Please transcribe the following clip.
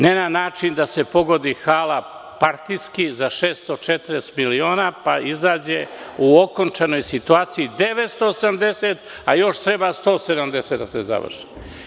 Ne na način da se pogodi hala partijski za 640 miliona, pa izađe u okončanoj situaciji 980, a još treba 170 da se završi.